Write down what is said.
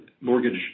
mortgage